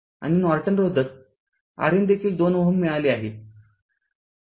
आणि नॉर्टन रोधक RN देखील २Ω मिळाले आहे